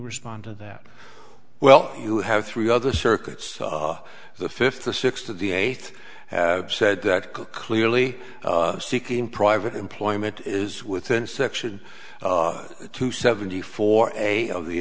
respond to that well you have three other circuits the fifth the sixth of the eighth have said that clearly seeking private employment is within section two seventy four a of the